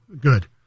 Good